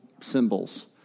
symbols